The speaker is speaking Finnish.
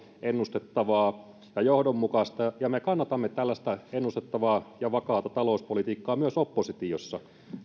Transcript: ennustettavaa ja johdonmukaista me kannatamme tällaista ennustettavaa ja vakaata talouspolitiikkaa myös oppositiossa